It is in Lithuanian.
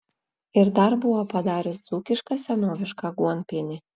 ir dar buvo padarius dzūkišką senovišką aguonpienį